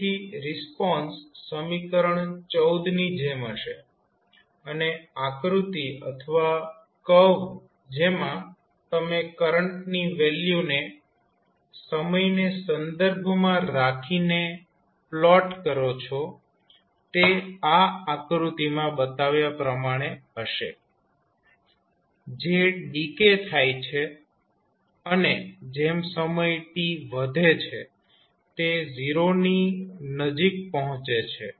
તેથી રિસ્પોન્સ સમીકરણ ની જેમ હશે અને આકૃતિ અથવા કર્વ જેમાં તમે કરંટની વેલ્યુને સમયને સંદર્ભમાં રાખીને પ્લોટ કરો છો તે આ આકૃતિમાં બતાવ્યા પ્રમાણે હશે જે ડીકે થાય છે અને જેમ સમય t વધે છે તે 0 ની નજીક પહોંચે છે